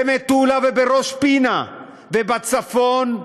במטולה ובראש-פינה ובצפון,